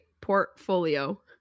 portfolio